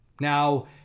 Now